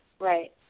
Right